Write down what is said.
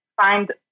find